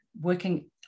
working